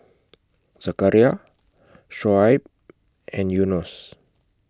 Zakaria Shoaib and Yunos